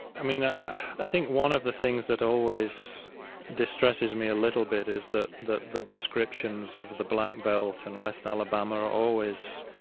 i mean i i think one of the things that always distresses me a little bit is that the the descriptions of the black and belt and west alabama are always,